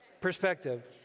perspective